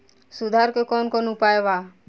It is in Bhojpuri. सुधार के कौन कौन उपाय वा?